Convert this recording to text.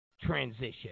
transition